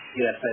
Yes